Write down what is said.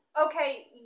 okay